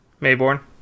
Mayborn